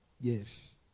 Yes